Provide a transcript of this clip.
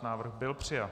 Návrh byl přijat.